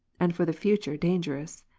and for the future dangerous.